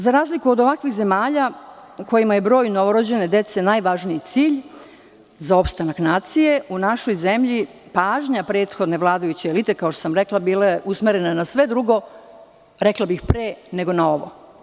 Za razliku od ovakvih zemalja u kojima je broj novorođene dece najvažniji cilj za opstanak nacije, u našoj zemlji pažnja prethodne vladajuće elite, kao što sam rekla, bila je usmerena na sve drugo, rekla bih pre nego na ovo.